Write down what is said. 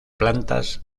plantas